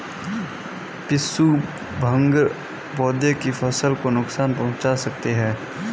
पिस्सू भृंग पौधे की फसल को नुकसान पहुंचा सकते हैं